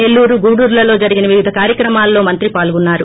నెల్లూరు గూడూరులలో జరిగిన వీవధ కార్యక్రమాలలో మంత్రి పాల్గొన్నారు